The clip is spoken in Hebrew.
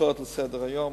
הצעות לסדר-היום.